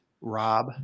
Rob